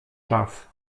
czas